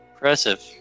Impressive